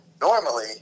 normally